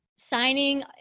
signing